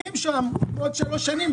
המחירים שם הם לעוד שלוש שנים.